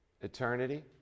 eternity